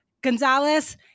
Gonzalez